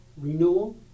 renewal